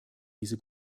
diese